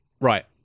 right